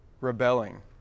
rebelling